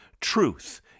truth